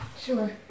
Sure